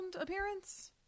appearance